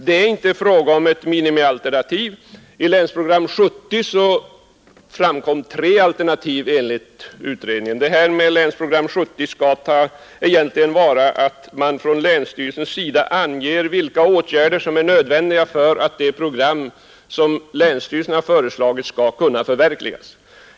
Det är inte fråga om ett minimialternativ, I Länsprogram 70 skall länsstyrelsen ange vilka åtgärder som är nödvändiga för att det föreslagna programmet skall kunna förverkligas.